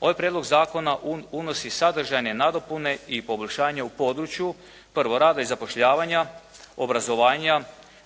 Ovaj prijedlog zakona unosi sadržajne nadopune i poboljšanja u području: 1. rada i zapošljavanja, obrazovanja,